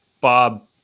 bob